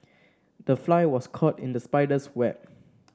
the fly was caught in the spider's web